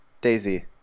Daisy